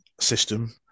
system